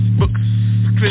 books